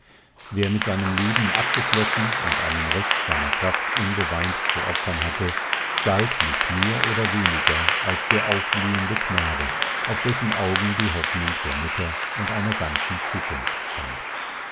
wer mit seinem leben abgeschlossen und einen rest seiner kraft unbeweint zu opfern hatte galt nicht mehr oder weniger als der aufblühende knabe auf dessen augen die hoffnung der mutter und einer ganzen zukunft stand